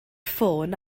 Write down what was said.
ffôn